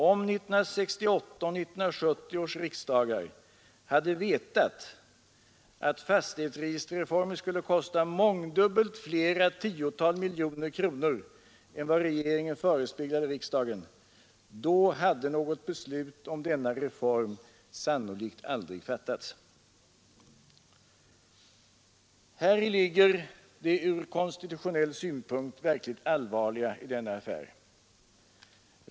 Om 1968 och 1970 års riksdagar hade vetat att fastighetsregisterreformen skulle kosta mångdubbelt flera tiotal miljoner kronor än vad regeringen förespeglade riksdagen, hade något beslut om denna reform sannolikt aldrig fattats. Häri ligger det ur konstitutionell synpunkt verkligt allvarliga i denna affär.